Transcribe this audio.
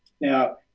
Now